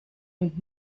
und